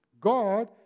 God